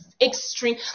extreme